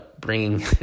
bringing